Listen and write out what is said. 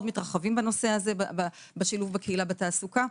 מתרחבים בנושא הזה ובשילוב הקהילה בתעסוקה.